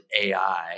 AI